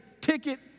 ticket